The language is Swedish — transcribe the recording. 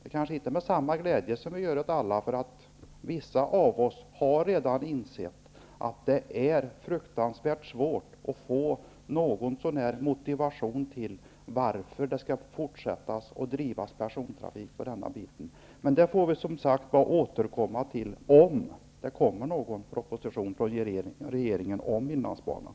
Vissa av oss har nämligen redan insett att det är fruktansvärt svårt att någorlunda motivera fortsatt drift av persontrafik på nämnda sträcka. Men till den saken får vi återkomma, om det nu kommer en proposition från regeringen om inlandsbanan.